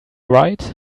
right